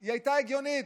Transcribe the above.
היא הייתה הגיונית.